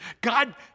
God